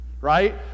right